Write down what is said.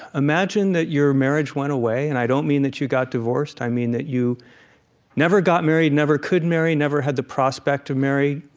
imagine that your marriage went away, and i don't mean that you got divorced. i mean that you never got married, never could marry, never had the prospect to marry.